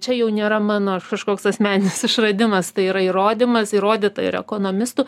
čia jau nėra mano kažkoks asmeninis išradimas tai yra įrodymas įrodyta ir ekonomistų